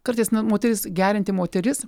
kartais moteris gerianti moteris